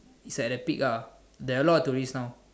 it's at the peak ah there are a lot of tourist now